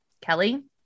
Kelly